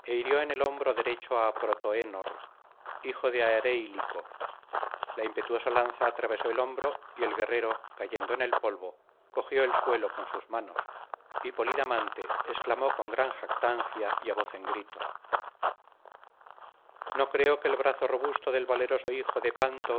hirió en el hombro derecho á protoenor hijo de areilico la impetuosa lanza atravesó el hombro y el guerrero cayendo en el polvo cogió el suelo con sus manos y polidamante exclamó con gran jactancia y á voz en grito no creo que el brazo robusto del valeroso hijo de